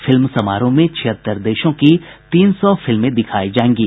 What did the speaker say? film समारोह में छिहत्तर देशों की तीन सौ फिल्में दिखाई जाएंगी